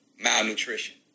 malnutrition